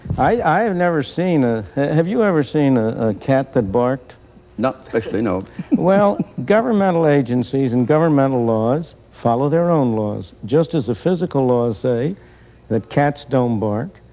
i have never seen ah have you ever seen a cat that barked? mckenzie not especially you know well, governmental agencies and governmental laws follow their own laws. just as the physical laws say that cats don't bark,